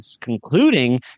concluding